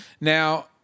Now